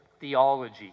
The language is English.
theology